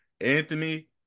Anthony